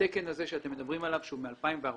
התקן הזה שאתם מדברים עליו, שהוא מ-2014,